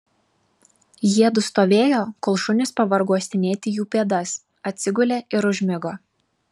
jiedu stovėjo kol šunys pavargo uostinėti jų pėdas atsigulė ir užmigo